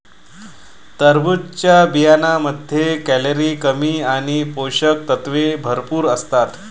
टरबूजच्या बियांमध्ये कॅलरी कमी आणि पोषक तत्वे भरपूर असतात